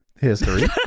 history